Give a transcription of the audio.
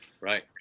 Right